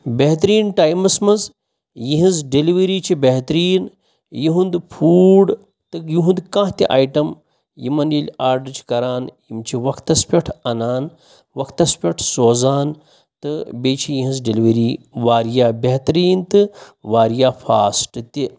بہترین ٹایمَس منٛز یِہٕنٛز ڈؠلؤری چھِ بہتریٖن یُہُنٛد پھوٗڈ تہٕ یُہُنٛد کانٛہہ تہِ آیٹَم یِمَن ییٚلہِ آڈَر چھِ کران یِم چھِ وقتَس پؠٹھ اَنان وَقتَس پؠٹھ سوزان تہٕ بیٚیہِ چھِ یِہٕنٛز ڈؠلؤری واریاہ بہتریٖن تہٕ واریاہ فاسٹ تہِ